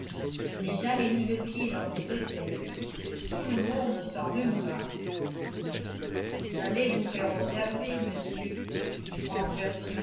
je n'ai jamais mis le pied dans cet hôtel tout le monde s'enrhumera j'allais vous faire observer monsieur dit frank